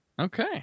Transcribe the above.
Okay